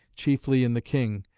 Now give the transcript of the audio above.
chiefly in the king,